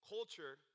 Culture